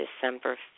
December